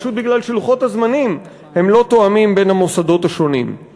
פשוט כי לוחות הזמנים של המוסדות השונים לא תואמים.